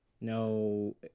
no